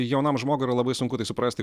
jaunam žmogui yra labai sunku tai suprasti